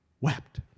wept